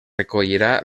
recollirà